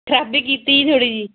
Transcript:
ਖ਼ਰਾਬੀ ਕੀਤੀ ਸੀ ਥੋੜ੍ਹੀ ਜਿਹੀ